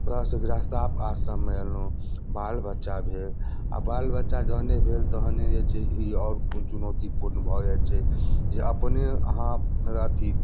एक तरहसँ गृहस्थाश्रममे एलहुँ बाल बच्चा भेल आ बाल बच्चा जखने भेल तखने जे छै ई आओर चुनौतीपूर्ण भऽ जाइ छै जे अपने अहाँ अथी